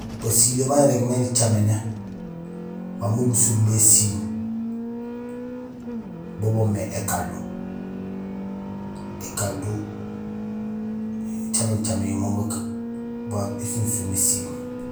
Basilé baan irégmé nicaméné baan bo busum mé ésiil, bo boomé ékaldu; ékaldu in nicaméén caméén yo memeek baan ésunsum ésiil.